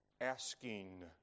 asking